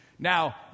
Now